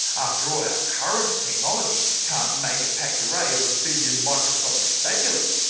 after all, our current technology can't make a packed array of a billion microscopic spatulae.